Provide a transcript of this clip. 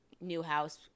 Newhouse